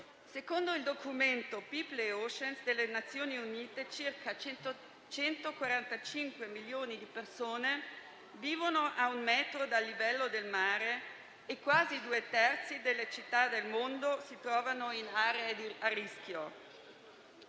Secondo il documento «People and oceans» delle Nazioni Unite, circa 145 milioni di persone vivono a un metro dal livello del mare e quasi due terzi delle città del mondo si trovano in aree a rischio.